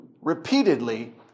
repeatedly